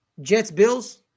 Jets-Bills